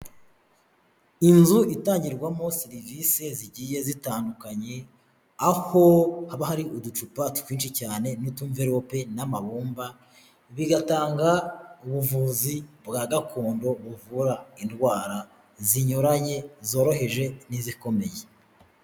Inzu itangirwamo serivisi zigiye zitandukanye aho haba hari uducupa twinshi cyane n'utumverope n'amabumba bigatanga ubuvuzi bwa gakondo buvura indwara zinyuranye, zoroheje n'izikomeye.